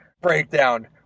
breakdown